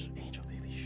angel baby